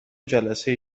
جلسه